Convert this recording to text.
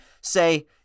say